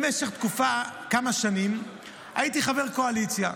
במשך כמה שנים הייתי חבר קואליציה.